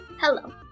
Hello